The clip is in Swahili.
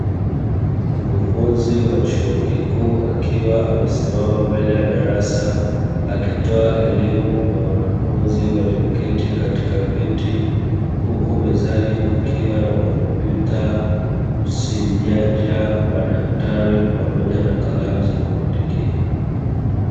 Mkufunzi wa chuo kikuu akiwa amesimama mbele ya darasa, akitoa elimu kwa wanafunzi walioketi katika viti, huku mezani kukuwa na kompyuta, simu janja, madaftari pamoja na kalamu za kuandikia.